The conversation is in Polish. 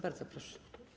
Bardzo proszę.